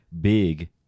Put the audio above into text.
big